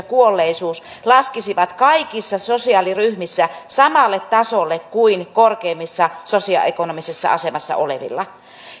kuolleisuus laskisivat kaikissa sosiaaliryhmissä samalle tasolle kuin korkeimmassa sosioekonomisessa asemassa olevilla